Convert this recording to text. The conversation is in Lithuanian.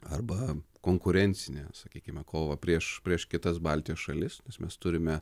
arba konkurencinę sakykime kovą prieš prieš kitas baltijos šalis nes mes turime